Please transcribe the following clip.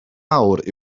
mawr